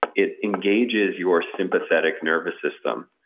it engages your sympathetic nervous system,